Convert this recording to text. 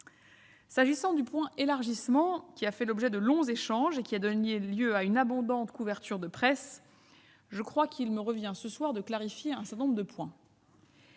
S'agissant du point consacré à l'élargissement qui a fait l'objet de longs échanges et qui a donné lieu à une abondante couverture de presse, je crois qu'il me revient ce soir de clarifier un certain nombre de points.